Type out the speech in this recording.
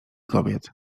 kobiet